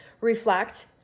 reflect